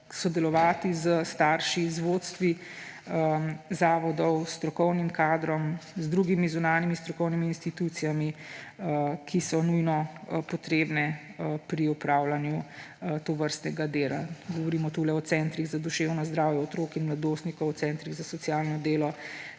sodelovati s starši, z vodstvi zavodov, strokovnim kadrom, drugimi zunanjimi strokovnimi institucijami, ki so nujno potrebne pri opravljanju tovrstnega dela. Tu govorimo o centrih za duševno zdravje otrok in mladostnikov, centrih za socialno delo,